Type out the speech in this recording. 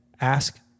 Ask